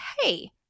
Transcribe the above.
hey